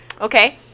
okay